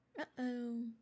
uh-oh